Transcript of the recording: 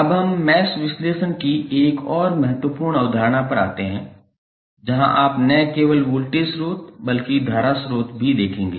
अब हम मैश विश्लेषण की एक और महत्वपूर्ण अवधारणा पर आते हैं जहां आप न केवल वोल्टेज स्रोत बल्कि धारा स्रोत भी हैं